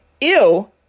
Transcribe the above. ew